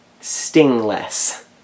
stingless